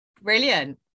Brilliant